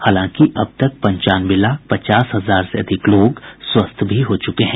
हालांकि अब तक पंचानवे लाख पचास हजार से अधिक लोग स्वस्थ भी हो चुके हैं